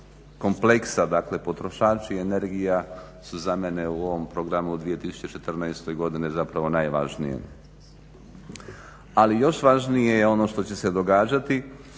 kompleksa, dakle potrošači energija su za mene u ovom programu u 2014. godini zapravo najvažnije. Ali i još važnije je ono što će se događati